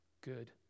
good